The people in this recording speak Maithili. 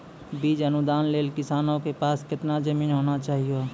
बीज अनुदान के लेल किसानों के पास केतना जमीन होना चहियों?